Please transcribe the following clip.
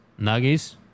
Nuggies